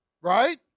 Right